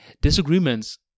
Disagreements